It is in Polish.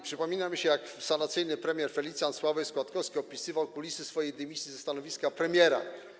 Przypomina mi się, jak sanacyjny premier Felicjan Sławoj Składkowski opisywał kulisy swojej dymisji ze stanowiska premiera.